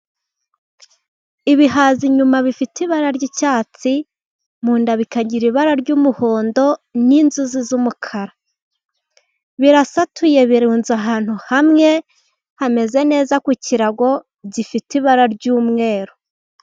Ibihaza inyuma bifite ibara ry'icyatsi, mu nda bikagira ibara ry'umuhondo, n'inzuzi z'umukara. Birasatuye birunze ahantu hamwe, hameze neza ku kirago, gifite ibara ry'umweru.